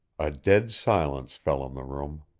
a dead silence fell on the room.